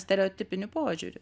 stereotipiniu požiūriu